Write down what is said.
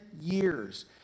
years